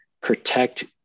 protect